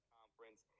Conference